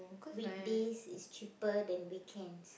weekdays is cheaper than weekends